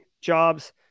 jobs